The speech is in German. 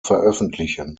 veröffentlichen